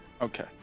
Okay